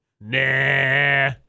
Nah